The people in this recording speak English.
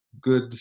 good